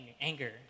anger